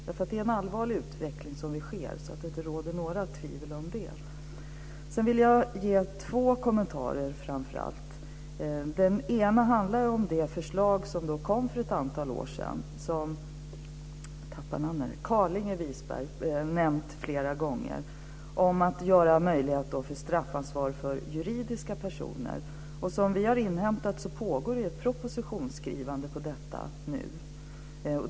Det är en allvarlig utveckling som sker, det råder inte några tvivel om det. Sedan vill jag ge ett par kommentarer. Den ena handlar om det förslag som lades fram för ett antal år sedan, vilket Carlinge Wisberg har nämnt flera gånger. Det handlar om att man ska göra det möjligt att införa straffansvar för juridiska personer. Som vi har inhämtat pågår det nu ett propositionsskrivande om detta.